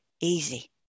easy